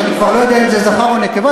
שאני כבר לא יודע אם זה זכר או נקבה,